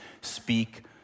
speak